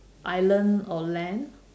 island or land